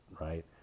right